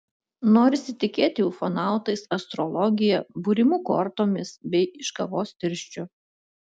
norisi tikėti ufonautais astrologija būrimu kortomis bei iš kavos tirščių